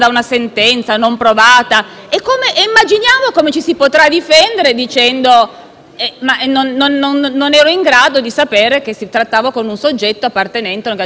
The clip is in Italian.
Immaginiamo come ci si potrà difendere, allora, dicendo: «Non ero in grado di sapere che si trattava con un soggetto appartenente ad una associazione mafiosa». E cosa facciamo, poi,